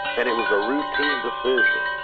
and it was a routine decision.